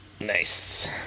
Nice